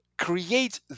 Create